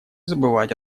забывать